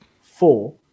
four